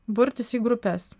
burtis į grupes